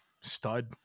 stud